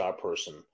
person